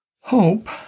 Hope